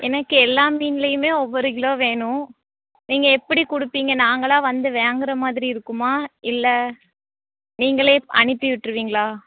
எனக்கு எல்லா மீன்லேயுமே ஒவ்வொரு கிலோ வேணும் நீங்கள் எப்படி கொடுப்பீங்க நாங்களாக வந்து வாங்கிற மாதிரி இருக்குமா இல்லை நீங்களே அனுப்பி விட்டுருவீங்களா